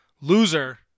Loser